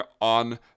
on